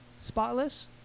spotless